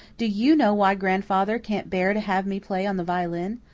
do you know why grandfather can't bear to have me play on the violin?